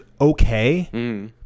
okay